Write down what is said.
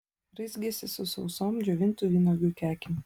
raizgėsi su sausom džiovintų vynuogių kekėm